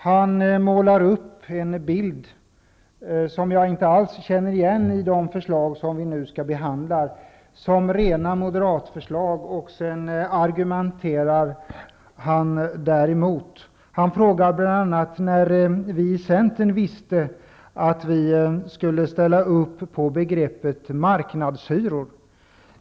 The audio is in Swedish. Han målar upp en bild som jag inte alls känner igen i de förslag som vi nu skall behandla. Han säger att de är rena moderatförslag, och sedan argumenterar han emot dem. Han frågar bl.a. när vi i Centern visste att vi skulle ställa upp på marknadshyror.